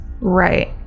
Right